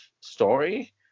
story